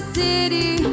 city